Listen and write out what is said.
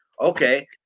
Okay